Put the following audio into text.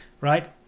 right